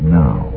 now